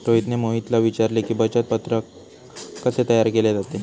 रोहितने मोहितला विचारले की, बचत पत्रक कसे तयार केले जाते?